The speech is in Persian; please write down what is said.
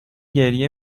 گریه